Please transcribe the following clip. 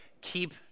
keep